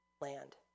land